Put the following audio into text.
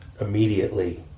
immediately